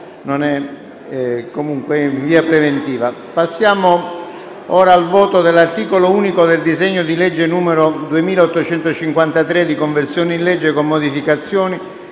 nominale con appello dell'articolo unico del disegno di legge n. 2853, di conversione in legge, con modificazioni,